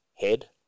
head